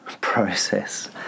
process